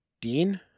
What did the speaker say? Dean